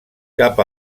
cap